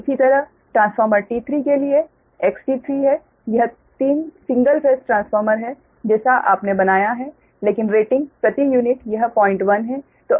इसी तरह transformer T3 के लिए XT3 है यह 3 सिंगल फेज ट्रांसफार्मर है जैसा आपने बनाया है लेकिन रेटिंग प्रति यूनिट यह 010 है